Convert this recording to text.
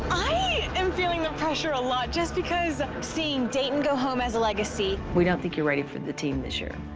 i am feeling the pressure a lot just because, seeing dayton go home as a legacy. we don't think you're ready for the team this year.